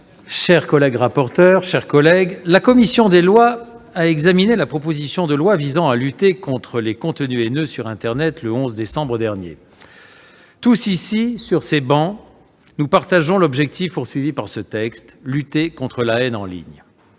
le secrétaire d'État, mes chers collègues, la commission des lois a examiné la proposition de loi visant à lutter contre les contenus haineux sur internet le 11 décembre dernier. Tous ici sur ces travées nous partageons l'objectif visé : lutter contre la haine en ligne.